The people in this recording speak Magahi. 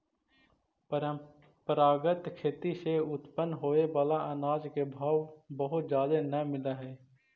परंपरागत खेती से उत्पन्न होबे बला अनाज के भाव बहुत जादे न मिल हई